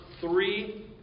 three